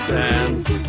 dance